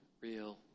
real